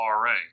RA